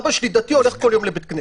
אבא שלי דתי, הולך כל יום לבית הכנסת.